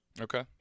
Okay